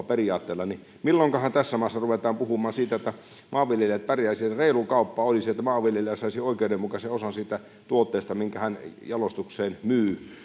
periaatteella niin milloinkahan tässä maassa ruvetaan puhumaan siitä että maanviljelijät pärjäisivät reilu kauppa olisi että maanviljelijä saisi oikeudenmukaisen osan siitä tuotteesta minkä hän jalostukseen myy